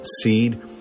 seed